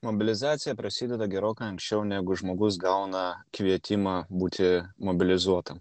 mobilizacija prasideda gerokai anksčiau negu žmogus gauna kvietimą būti mobilizuotam